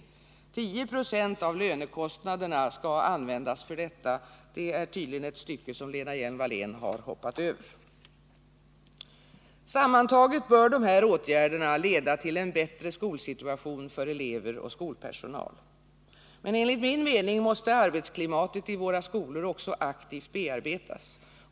Det anges att 10 20 av lönekostnaderna skall användas för detta — ett stycke som Lena Hjelm-Wallén tydligen har hoppat över. Sammantaget bör dessa åtgärder leda till en bättre skolsituation för elever och skolpersonal. Men enligt min mening måste arbetsklimatet i våra skolor också aktivt bearbetas.